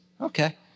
okay